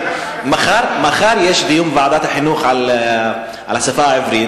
מחר יש בוועדת החינוך דיון על השפה העברית,